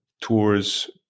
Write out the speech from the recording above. tours